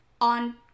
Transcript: on